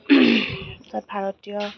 ভাৰতীয়